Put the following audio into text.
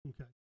Okay